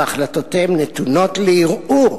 והחלטותיהם ניתנות לערעור